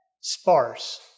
sparse